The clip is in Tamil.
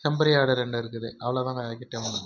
செம்மறி ஆடு ரெண்டு இருக்குது அவ்வளோ தாங்க எங்கிட்ட